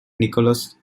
nicholas